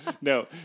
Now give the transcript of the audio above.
No